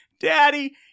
Daddy